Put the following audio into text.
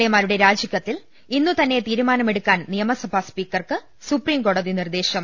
എമാരുടെ രാജിക്കാ രൃത്തിൽ ഇന്നു തന്നെ തീരുമാനമെടുക്കാൻ നിയമസുഭാ സ്പീക്കർക്ക് സുപ്രിംകോടതി നിർദേശം